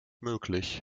möglich